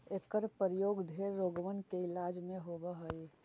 एकर प्रयोग ढेर रोगबन के इलाज में होब हई